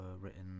written